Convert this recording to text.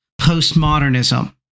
postmodernism